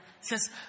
says